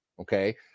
Okay